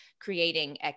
creating